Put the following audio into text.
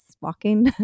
walking